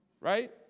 Right